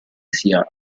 sia